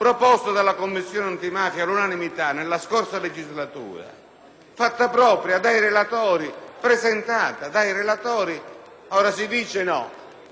fatta propria dai relatori e presentata dai relatori stessi. Ora si dice di no. Perché? Perché dobbiamo rinunciare a questo strumento